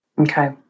okay